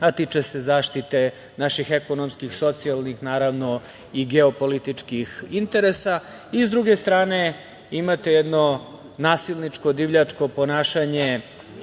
a tiče se zaštite naših ekonomskih, socijalnih, naravno i geopolitičkih interesa. I s druge strane, imate jedno nasilničko, divljačko ponašanje